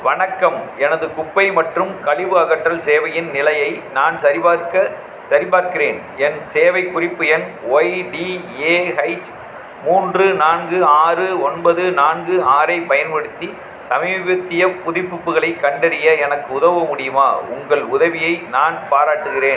வணக்கம் எனது குப்பை மற்றும் கழிவு அகற்றல் சேவையின் நிலையை நான் சரிபார்க்க சரிபார்க்கிறேன் என் சேவைக் குறிப்பு எண் ஒய்டிஏஹைச் மூன்று நான்கு ஆறு ஒன்பது நான்கு ஆறைப் பயன்படுத்தி சமீபத்திய புதுப்பிப்புகளைக் கண்டறிய எனக்கு உதவ முடியுமா உங்கள் உதவியை நான் பாராட்டுகிறேன்